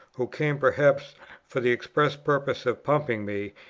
who came perhaps for the express purpose of pumping me,